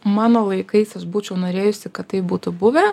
mano laikais aš būčiau norėjusi kad taip būtų buvę